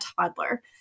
toddler